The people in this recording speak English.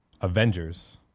Avengers